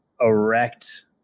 erect